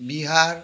Bihar